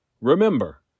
Remember